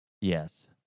Yes